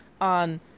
on